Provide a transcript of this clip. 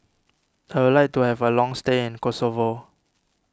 I would like to have a long stay in Kosovo